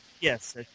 Yes